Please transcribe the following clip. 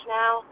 now